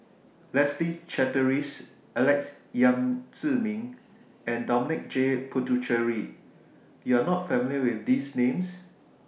Leslie Charteris Alex Yam Ziming and Dominic J Puthucheary YOU Are not familiar with These Names